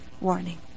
warning